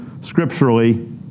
scripturally